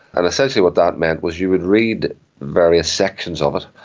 and essentially what that meant was you would read various sections of it,